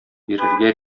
бирергә